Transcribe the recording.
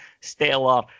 stellar